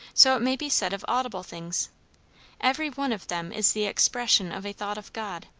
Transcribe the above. so it may be said of audible things every one of them is the expression of a thought of god.